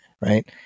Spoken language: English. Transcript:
Right